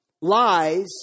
Lies